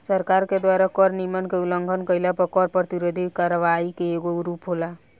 सरकार के द्वारा कर नियम के उलंघन कईला पर कर प्रतिरोध करवाई के एगो रूप होला